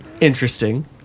interesting